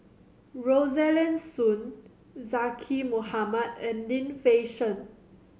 Rosaline Soon Zaqy Mohamad and Lim Fei Shen